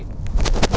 mm